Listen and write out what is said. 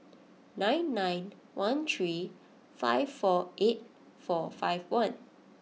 nine nine one three five four eight four five one